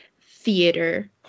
theater